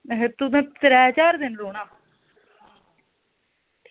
अच्छा तुसें त्रै चार दिन रौह्ना